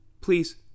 please